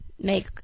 Make